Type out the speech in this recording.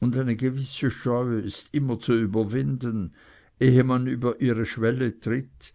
und eine gewisse scheu ist immer zu überwinden ehe man über ihre schwelle tritt